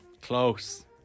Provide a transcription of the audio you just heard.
Close